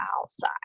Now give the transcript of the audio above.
outside